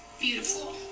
beautiful